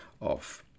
off